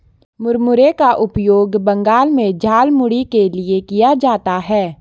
मुरमुरे का उपयोग बंगाल में झालमुड़ी के लिए किया जाता है